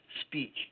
speech